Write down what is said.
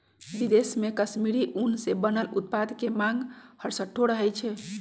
विदेश में कश्मीरी ऊन से बनल उत्पाद के मांग हरसठ्ठो रहइ छै